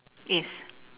yes